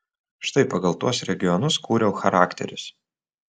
štai pagal tuos regionus kūriau charakterius